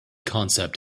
concept